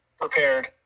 prepared